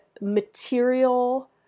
material